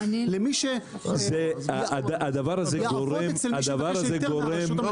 למי שיעבוד אצל מי שמבקש היתר מהרשות.